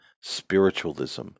spiritualism